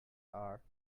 are